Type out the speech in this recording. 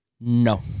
No